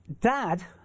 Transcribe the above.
Dad